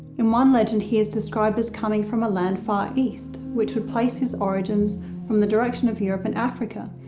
in one legend, he is described as coming from a land far east which would place his origins from the direction of europe and africa,